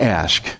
ask